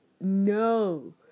no